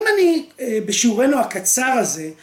אני, בשיעורנו הקצר הזה,